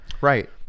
Right